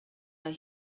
are